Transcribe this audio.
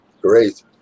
Great